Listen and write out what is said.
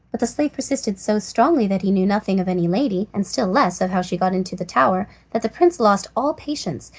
but the slave persisted so strongly that he knew nothing of any lady, and still less of how she got into the tower, that the prince lost all patience,